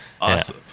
awesome